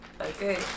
Okay